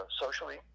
socially